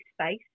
space